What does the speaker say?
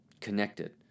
connected